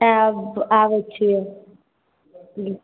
आबि आबै छियै ठीक